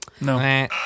No